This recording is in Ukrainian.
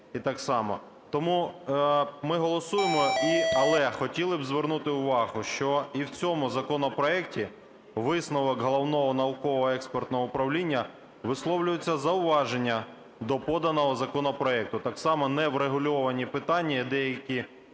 і так само. Тому ми голосуємо. Але хотіли б звернути увагу, що і в цьому законопроекті в висновку Головного науково-експертного управління висловлюються зауваження до поданого законопроекту, так само не врегульовані питання і деякі